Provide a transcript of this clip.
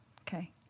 Okay